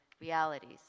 realities